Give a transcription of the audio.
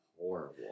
Horrible